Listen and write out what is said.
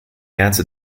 answer